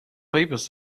papers